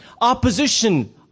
opposition